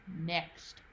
next